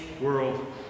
world